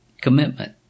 commitment